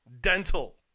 dental